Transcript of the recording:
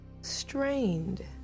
strained